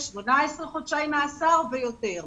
18 חודשי מאסר ויותר.